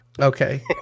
Okay